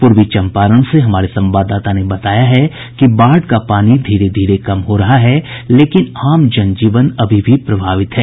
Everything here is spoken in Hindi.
पूर्वी चम्पारण से हमारे संवाददाता ने बताया है कि बाढ़ का पानी धीरे धीरे कम हो रहा है लेकिन आम जनजीवन अभी भी प्रभावित है